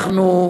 אנחנו,